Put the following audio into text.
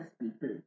people